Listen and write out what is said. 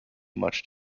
much